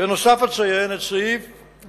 במפה הזאת, זו מפה של מסגרת עדיפות לאומית.